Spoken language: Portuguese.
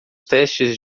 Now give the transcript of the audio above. testes